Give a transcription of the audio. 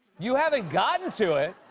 you haven't gotten to it?